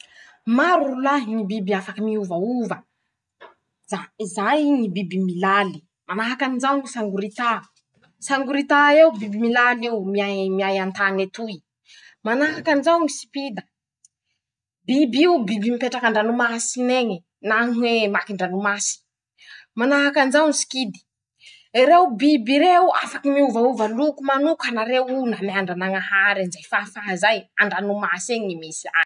<...>Maro rolahy ñy biby afaky miovaova nja izay ñy biby milaly: -Manahaky anizao ñy "sangorità "sangorità eo biby milaly io. miay miay an-tany etoy. Manahaky anizao ñy "sipita". biby io biby mipetraky anndranomasin'eñy e na ñy hoe :"makin-dranomasy". -Manahaky anizao ñy sikidy. reo biby reo afaky miovaova loko manokana reo namean-dranañahary anizay fahafaha zay andranomasy eñy ñy misy azy.